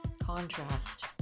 contrast